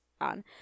on